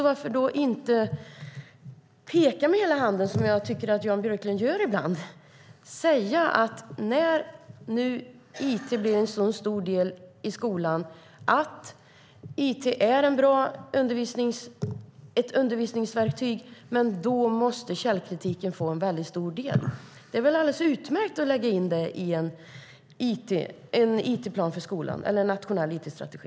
Varför kan han inte peka med hela handen, som jag tycker att han gör ibland, och säga att när nu it blir en så stor del i skolan och it är ett så bra undervisningsverktyg så måste även källkritiken få en väldigt stor del? Det vore väl alldeles utmärkt att lägga in det i en nationell it-strategi.